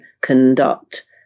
conduct